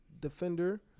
Defender